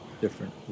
different